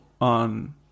on